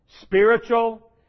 spiritual